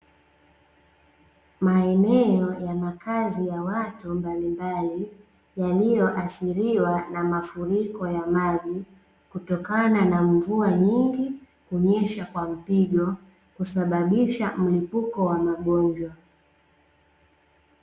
Maeneo ya makazi ya watu mbalimbali yaliyoathiriwa na mafuriko ya maji kutokana na mvua nyingi kunyesha kwa mpigo, kusababisha mlipuko wa magonjwa.